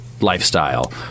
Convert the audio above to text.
lifestyle